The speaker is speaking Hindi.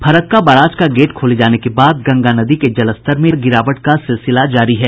फरक्का बराज का गेट खोले जाने के बाद गंगा नदी के जलस्तर में लगातार गिरावट का सिलसिला जारी है